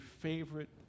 favorite